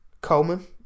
Coleman